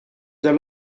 their